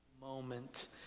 moment